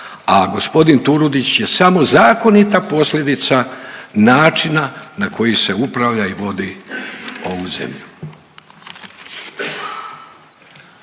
a gospodin Turudić je samo zakonita posljedica načina na koji se upravlja i vodi ovu zemlju.